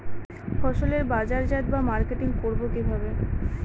ফসলের বাজারজাত বা মার্কেটিং করব কিভাবে?